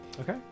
Okay